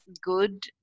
good